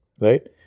Right